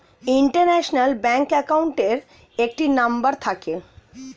international bank অ্যাকাউন্টের একটি number থাকে